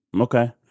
Okay